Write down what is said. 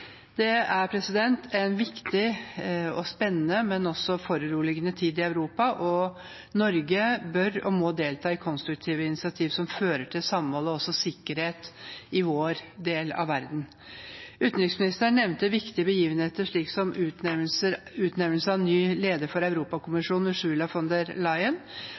Det er en viktig og spennende, men også foruroligende tid i Europa. Norge bør og må delta i konstruktive initiativer som fører til samhold og sikkerhet i vår del av verden. Utenriksministeren nevnte viktige begivenheter, som utnevnelsen av ny leder for Europakommisjonen,